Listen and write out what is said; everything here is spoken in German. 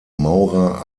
maurer